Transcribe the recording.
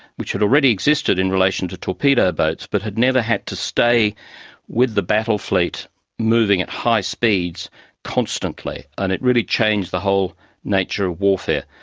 which had already existed in relation to torpedo boats but had never had to stay with the battle fleet moving at high speeds constantly, and it really changed the whole nature of warfare.